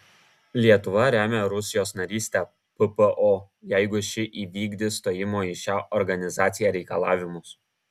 lietuva remia rusijos narystę ppo jeigu ši įvykdys stojimo į šią organizaciją reikalavimus